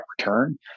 return